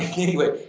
anyway,